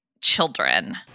children